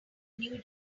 new